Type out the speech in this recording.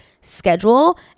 schedule